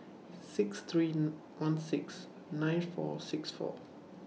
six three one six nine four six four